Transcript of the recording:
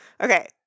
Okay